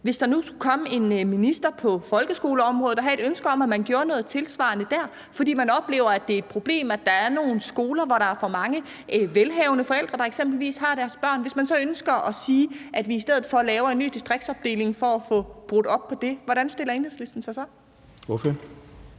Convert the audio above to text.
Hvis der nu skulle komme en minister på folkeskoleområdet, der havde et ønske om, at man skulle gøre noget tilsvarende dér, fordi man oplever, at det er et problem, at der er nogle skoler, hvor der eksempelvis er for mange velhavende forældre der har deres børn, og man så ønsker at sige, at vi i stedet for laver en ny distriktsopdeling for at få brudt op på det, hvordan stiller Enhedslisten sig så?